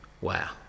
Wow